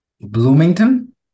Bloomington